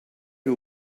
you